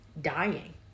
dying